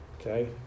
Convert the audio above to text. okay